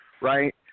right